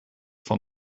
van